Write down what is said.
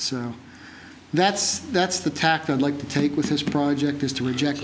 so that's that's the tack i'd like to take with this project is to reject